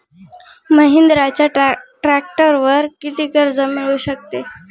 महिंद्राच्या ट्रॅक्टरवर किती कर्ज मिळू शकते?